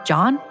John